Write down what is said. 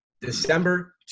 December